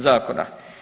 Zakona.